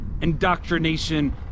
indoctrination